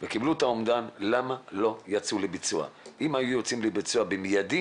אם היו יוצאים לביצוע במיידי